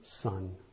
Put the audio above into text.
son